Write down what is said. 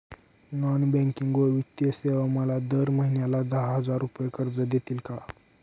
Non banking व वित्तीय सेवा मला दर महिन्याला दहा हजार रुपये कर्ज देतील का?